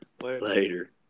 Later